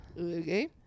Okay